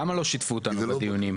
למה לא שיתפו אותנו בדיונים?